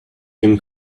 him